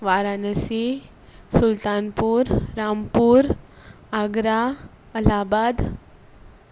Varanasi Sultanpur Rampur Agra Allahabad